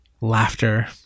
laughter